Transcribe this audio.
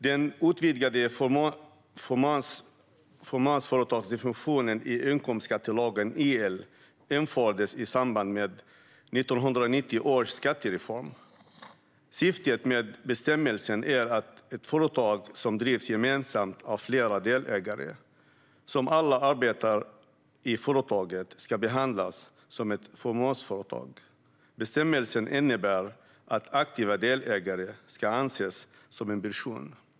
Den utvidgade fåmansföretagsdefinitionen i inkomstskattelagen, IL, infördes i samband med 1990 års skattereform. Syftet med bestämmelsen är att ett företag som drivs gemensamt av flera delägare, som alla arbetar i företaget, ska behandlas som ett fåmansföretag. Bestämmelsen innebär att aktiva delägare ska anses som en enda person.